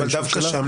אבל דווקא שם,